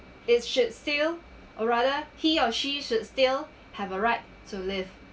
they should still or rather he or she should still have a right to live